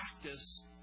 practice